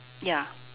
ya